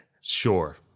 Sure